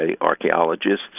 archaeologists